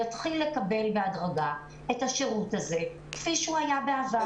יתחיל לקבל בהדרגה את השירות הזה כפי שהוא היה בעבר,